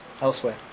elsewhere